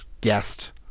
guest